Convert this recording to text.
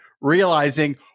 realizing